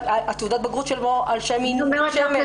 תעודת הבגרות על שם מי --- זה אפשרי,